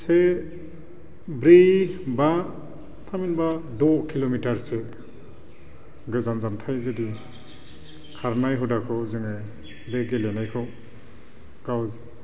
से ब्रै बा थामहिनबा द' किल'मिटारसो गोजान जानथाय जुदि खारनाय हुदाखौ जोङो बे गेलेनायखौ गाव